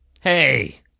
Hey